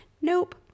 nope